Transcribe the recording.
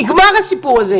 נגמר הסיפור הזה.